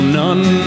none